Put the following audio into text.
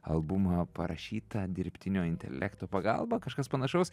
albumą parašyta dirbtinio intelekto pagalba kažkas panašaus